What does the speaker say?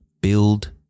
Build